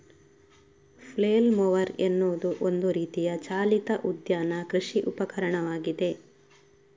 flail mower ಎನ್ನುವುದು ಒಂದು ರೀತಿಯ ಚಾಲಿತ ಉದ್ಯಾನ ಕೃಷಿ ಉಪಕರಣವಾಗಿದೆ